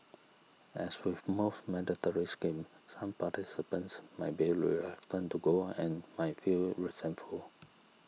as with most mandatory schemes some participants might be reluctant to go and might feel resentful